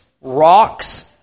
rocks